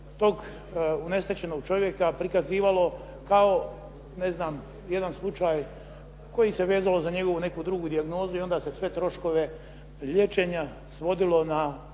tog unesrećenog čovjeka prikazivalo kao ne znam jedan slučaj koji se vezalo za njegovu neku drugu dijagnozu i onda se sve troškove liječenja svodilo na,